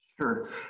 Sure